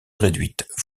réduite